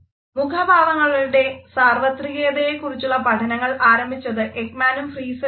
മുഖഭാവങ്ങളുടെ സാർവത്രികതയേക്കുറിച്ചുള്ള പഠനങ്ങൾ ആരംഭിച്ചത് എക്മാനും ഫ്രീസെനുമാണ്